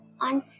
on